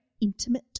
intimate